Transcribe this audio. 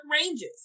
ranges